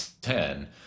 Ten